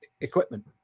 equipment